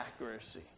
accuracy